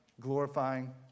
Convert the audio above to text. glorifying